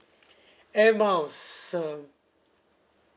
air miles um